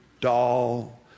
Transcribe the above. doll